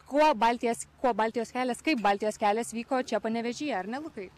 kuo baltijas kuo baltijos kelias kaip baltijos kelias vyko čia panevėžyje ar ne lukai